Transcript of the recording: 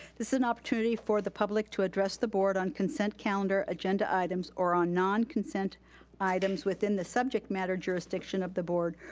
this is an opportunity for the public to address the board on consent calendar agenda items or on non-consent items within the subject matter jurisdiction of the board,